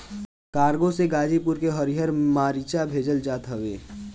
cargo से गाजीपुर के हरिहर मारीचा भेजल जात हवे